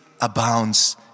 abounds